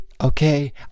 okay